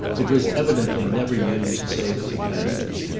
it was evidently never used save as a passage,